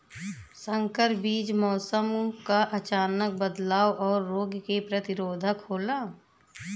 संकर बीज मौसम क अचानक बदलाव और रोग के प्रतिरोधक होला